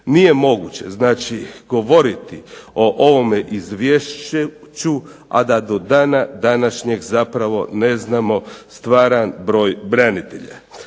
Nije moguće govoriti o ovome izvješću, a da do dana današnjeg zapravo ne znamo stvaran broj branitelja.